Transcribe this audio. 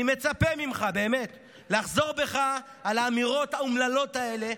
אני מצפה ממך באמת לחזור בך מהאמירות האומללות האלה.